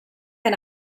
and